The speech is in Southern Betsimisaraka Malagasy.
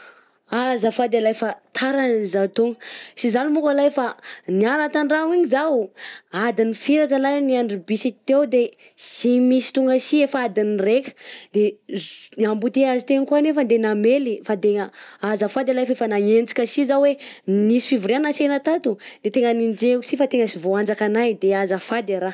Azafady ah lahy fa tara nao zah tôgno sy zany monko lahy fa niala tan-dragno igny zaho adin'ny firy zalahy niandry bus teo de sy misy tonga sy efa adin'ny raika, de embouteillage teny ko nefa de namely, fa tena azafady ah lahy fa efa nanenjika sy zah hoe misy fivoriagna ansena tato de tegna nenjeako si fa tena sy voanjakanahy fa azafady a raha.